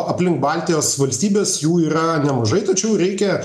aplink baltijos valstybes jų yra nemažai tačiau reikia